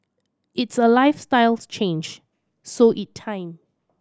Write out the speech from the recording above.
it's a lifestyles change so it time